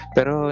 Pero